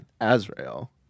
Azrael